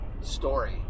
story